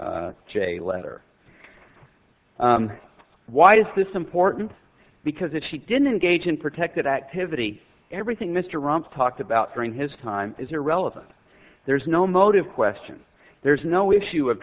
j letter why is this important because if she didn't gauge and protected activity everything mr romps talked about during his time is irrelevant there's no motive question there's no issue of